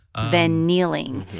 then kneeling,